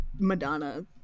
madonna